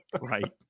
right